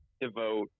devote